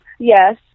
Yes